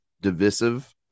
divisive